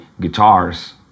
guitars